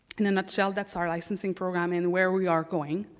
in a nutshell that's our licensing program and where we are going.